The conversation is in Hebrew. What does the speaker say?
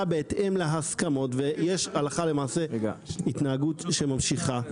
בהתאם להסכמות ויש הלכה למעשה התנהגות שממשיכה,